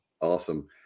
Awesome